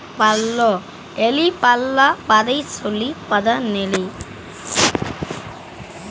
animal হাসবাঁদরিতে বেছিভাগ পোশ্য গবাদি পছুদের পালল ক্যরা হ্যয়